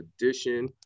edition